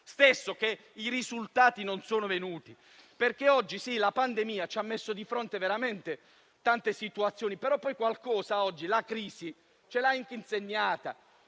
a dire che i risultati non sono venuti, perché oggi la pandemia ci ha messo di fronte veramente tante situazioni, ma qualcosa la crisi ce l'ha insegnato.